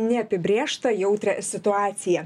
neapibrėžtą jautrią situaciją